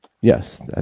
yes